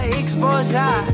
exposure